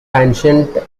ancient